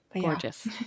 Gorgeous